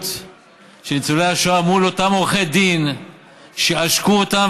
של ניצולי השואה מול אותם עורכי דין שעשקו אותם,